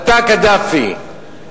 אתה, קדאפי.